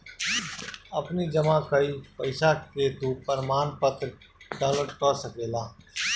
अपनी जमा कईल पईसा के तू प्रमाणपत्र डाउनलोड कअ सकेला